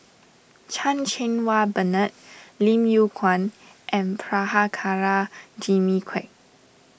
Chan Cheng Wah Bernard Lim Yew Kuan and Prabhakara Jimmy Quek